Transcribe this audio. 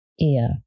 ear